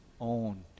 own